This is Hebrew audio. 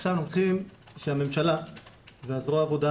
עכשיו אנחנו צריכים שהממשלה וזרוע העבודה